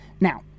Now